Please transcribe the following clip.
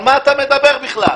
על מה אתה מדבר בכלל?